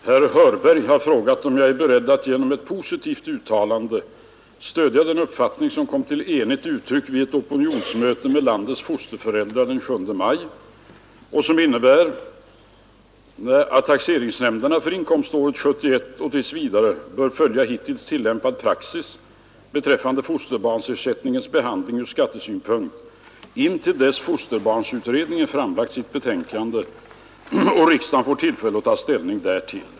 Fru talman! Herr Hörberg har frågat om jag är beredd att genom ett positivt uttalande stödja den uppfattning, som kom till enigt uttryck vid ett opinionsmöte med landets fosterföräldrar den 7 maj och som innebär, att taxeringsnämnderna för inkomståret 1971 och tills vidare bör följa hittills tillämpad praxis beträffande fosterbarnsersättningens behandling ur skattesynpunkt intill dess fosterbarnsutredningen framlagt sitt betänkande och riksdagen får tillfälle att ta ställning därtill.